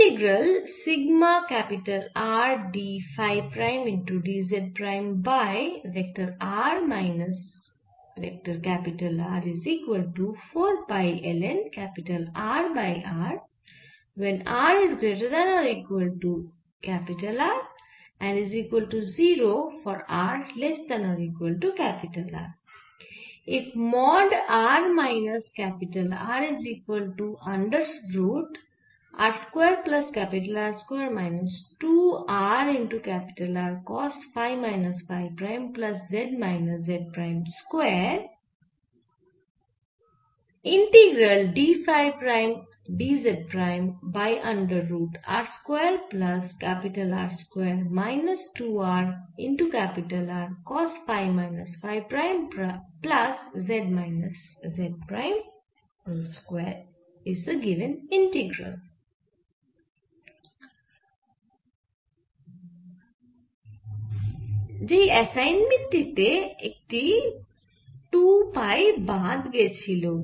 সেই অ্যাসাইনমেন্ট টি তে একটি 2 পাই বাদ গেছিল